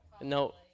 No